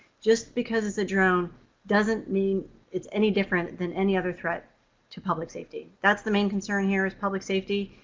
just because it's a drone doesn't mean it's any different than any other threat to public safety. that's the main concern here, is public safety.